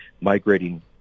migrating